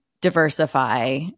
diversify